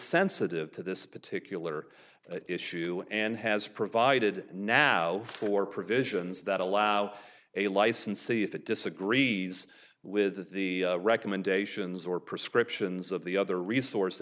sensitive to this particular issue and has provided now for provisions that allow a licensee if it disagrees with the recommendations or prescriptions of the other resource